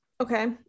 Okay